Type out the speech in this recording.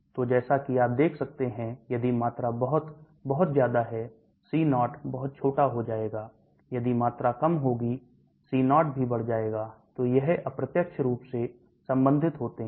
तो जैसा कि आप देख सकते हैं यदि मात्रा बहुत बहुत ज्यादा है C0 बहुत छोटा हो जाएगा यदि मात्रा कम होगी C0 भी बढ़ जाएगा तो यह अप्रत्यक्ष रूप से संबंधित होते हैं